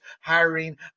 hiring